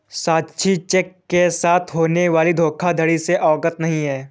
साक्षी cheque के साथ होने वाली धोखाधड़ी से अवगत नहीं है